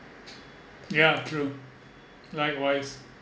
yeah true likewise